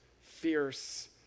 fierce